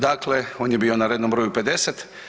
Dakle, on je bio na rednom broju 50.